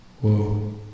Whoa